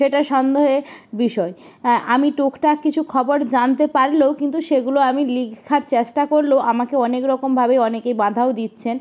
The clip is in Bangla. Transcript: সেটা সন্দোহের বিষয় হ্যাঁ আমি টুকটাক কিছু খবর জানতে পারলেও কিন্তু সেগুলো আমি লেখার চেষ্টা করলেও আমাকে অনেক রকমভাবেই অনেকেই বাঁধাও দিচ্ছেন